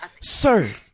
Sir